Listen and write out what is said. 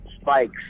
spikes